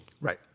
Right